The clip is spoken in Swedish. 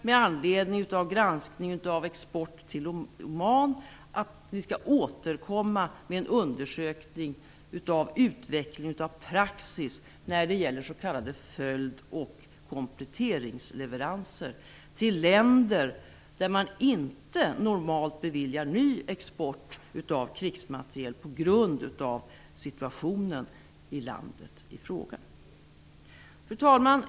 Med anledning av granskningen av export till Oman aviserar vi att vi skall återkomma med en undersökning av utvecklingen av praxis när det gäller s.k. följd och kompletteringsleveranser till länder som normalt inte beviljas ny export av krigsmateriel på grund av situationen i landet i fråga. Fru talman!